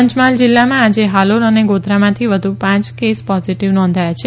પંચમહાલ જિલ્લામાં આજે હાલોલ અને ગોધરામાંથી વધુ પાંય પોઝીટીવ કેસ નોંધાયા છે